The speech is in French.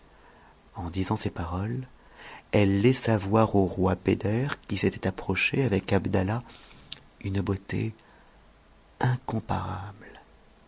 en disant ces paroles elle laissa voir au roi beder qui s'était approché avec abdallah une beauté incomparable